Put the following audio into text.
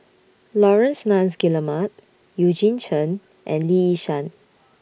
Laurence Nunns Guillemard Eugene Chen and Lee Yi Shyan